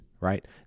right